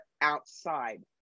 outside